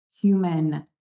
human